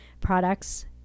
products